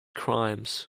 crimes